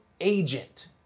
agent